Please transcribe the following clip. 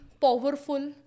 powerful